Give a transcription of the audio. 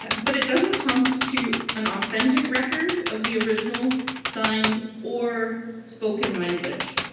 but it doesn't constitute an authentic record of the original signed or spoken language.